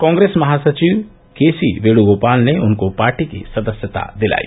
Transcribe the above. कांग्रेस महासचिव के सी वेणुगोपाल ने उनको पार्टी की सदस्यता दिलाई